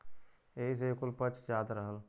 एही से ई कुल पच जात रहल